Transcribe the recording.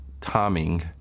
timing